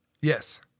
Yes